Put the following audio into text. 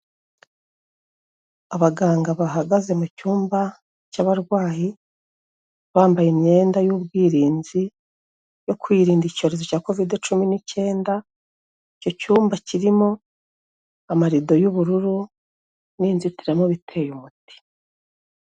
Abaganga bahagaze mu cyumba cy'abarwayi, bambaye imyenda y'ubwirinzi yo kwirinda icyorezo cya Kovide cumi n'icyenda, icyo cyumba kirimo amarido y'ubururu n'inzitiramubu iteye umuti.